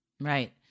Right